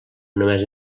només